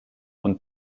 und